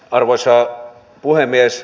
arvoisa puhemies